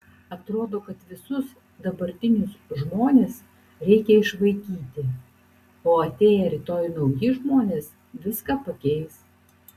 atrodo kad visus dabartinius žmones reikia išvaikyti o atėję rytoj nauji žmonės viską pakeis